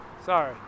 Sorry